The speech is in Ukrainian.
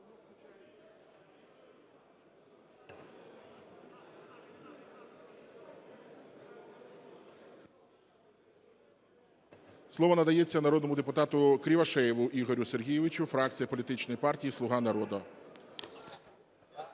Слово надається народному депутату Кривошеєву Ігорю Сергійовичу, фракція політична партія "Слуга народу".